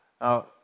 Now